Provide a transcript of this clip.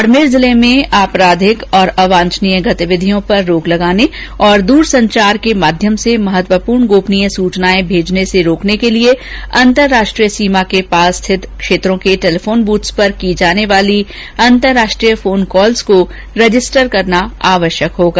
बाडमेर जिले में आपराधि और अवांछनीय गतिविधियों पर रोक लगाने और दूरसंचार के माध्यम से महत्वपूर्ण गोपनीय सुचनाएं भेजने से रोकने के लिए अंतरराष्ट्रीय सीमा के पास स्थित क्षेत्रों को टेलीफोन बृथ्स पर की जाने वाली अंतरराष्ट्रीय फोन कॉल्स को रजिस्टर करना आवश्यक होगा